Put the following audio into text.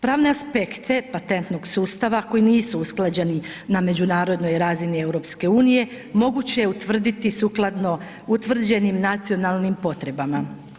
Pravni aspekt te patentnog sustava koji nisu usklađeni na međunarodnoj razini EU moguće je utvrditi sukladno utvrđenim nacionalnim potrebama.